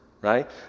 right